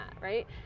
right